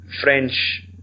French